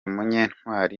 munyantwali